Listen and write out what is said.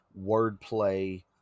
wordplay